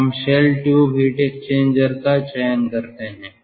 तो हम shell tube heat exchanger का चयन करते हैं